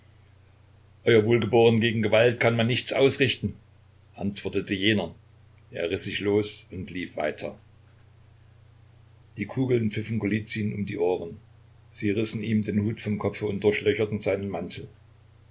wohlgeboren gegen gewalt kann man nichts ausrichten antwortete jener er riß sich los und lief weiter die kugeln pfiffen golizyn um die ohren sie rissen ihm den hut vom kopfe und durchlöcherten seinen mantel